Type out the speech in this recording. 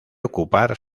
ocupar